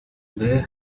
they